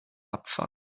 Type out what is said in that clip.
abfahren